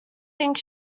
think